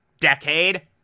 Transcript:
decade